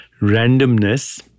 randomness